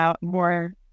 more